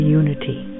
unity